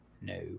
no